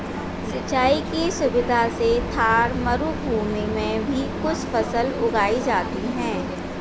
सिंचाई की सुविधा से थार मरूभूमि में भी कुछ फसल उगाई जाती हैं